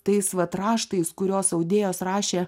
tais vat raštais kuriuos audėjos rašė